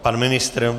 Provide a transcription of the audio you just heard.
Pan ministr?